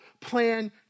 plan